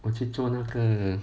我去做那个